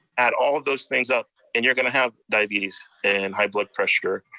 add all of those things up, and you're gonna have diabetes and high blood pressure,